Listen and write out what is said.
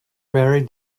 very